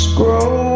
grow